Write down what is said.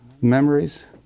memories